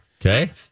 Okay